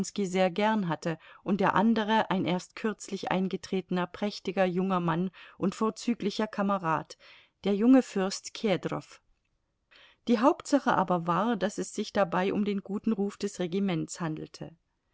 sehr gern hatte und der andere ein erst kürzlich eingetretener prächtiger junger mann und vorzüglicher kamerad der junge fürst kedrow die hauptsache aber war daß es sich dabei um den guten ruf des regiments handelte